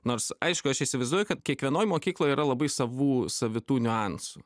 nors aišku aš įsivaizduoju kad kiekvienoj mokykloj yra labai savų savitų niuansų